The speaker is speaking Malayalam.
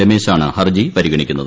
രമ്ഷോണ് ഹർജി പരിഗണിക്കുന്നത്